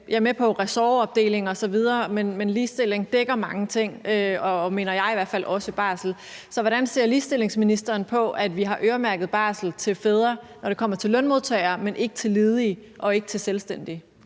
Jeg er med på ressortopdelingen osv., men ligestilling dækker mange ting og – mener jeg i hvert fald – også barsel. Så hvordan ser ligestillingsministeren på, at vi har øremærket barsel til fædre, når det kommer til lønmodtagere, men ikke til ledige og ikke til selvstændige?